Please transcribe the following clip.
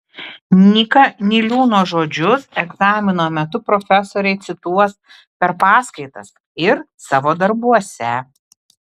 nyka niliūno žodžius egzamino metu profesoriai cituos per paskaitas ir savo darbuose